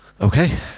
Okay